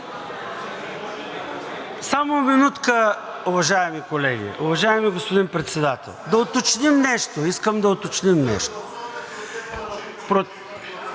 Само минутка, уважаеми колеги. Уважаеми господин Председател, да уточним нещо, искам да уточним нещо.